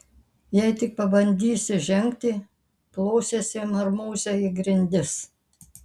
jei tik pabandysi žengti plosiesi marmūze į grindis